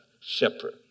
shepherd